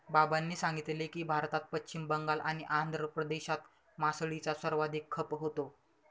बाबांनी सांगितले की, भारतात पश्चिम बंगाल आणि आंध्र प्रदेशात मासळीचा सर्वाधिक खप होतो